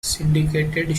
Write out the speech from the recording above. syndicated